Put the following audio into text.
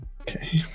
okay